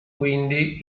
quindi